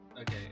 Okay